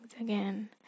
again